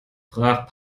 brach